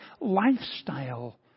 lifestyle